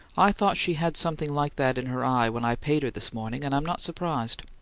i thought she had something like that in her eye when i paid her this morning, and i'm not surprised.